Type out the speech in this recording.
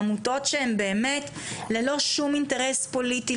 עמותות שהן באמת ללא שום אינטרס פוליטי,